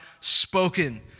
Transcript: spoken